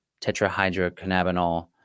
tetrahydrocannabinol